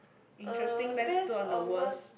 interesting let's do on the worst